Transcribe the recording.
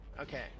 Okay